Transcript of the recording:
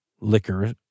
liquor